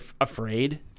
afraid